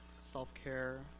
self-care